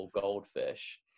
goldfish